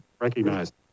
recognized